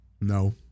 No